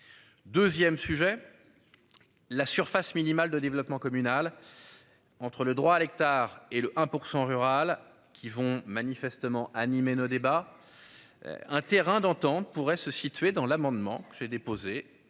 2ème sujet. La surface minimale de développement communal. Entre le droit à l'hectare et le 1% rurale qui vont manifestement animé nos débats. Un terrain d'entente pourrait se situer dans l'amendement j'ai déposé